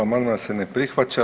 Amandman se ne prihvaća.